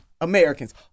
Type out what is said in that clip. Americans